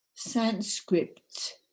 Sanskrit